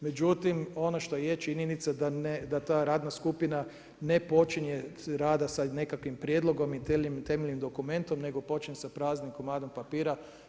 Međutim, ono što je činjenica da ta radna skupina ne počinje rada sa nekakvim prijedlogom i temeljnim dokumentom, nego počinje sa praznim komadom papira.